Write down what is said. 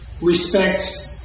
respect